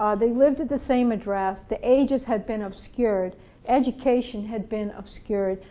ah they lived at the same address the ages had been obscured education had been obscured,